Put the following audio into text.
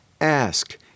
ask